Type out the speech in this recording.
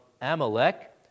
Amalek